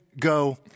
go